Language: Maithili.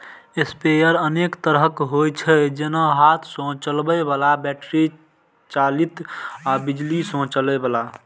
स्प्रेयर अनेक तरहक होइ छै, जेना हाथ सं चलबै बला, बैटरी चालित आ बिजली सं चलै बला